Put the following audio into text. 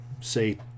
say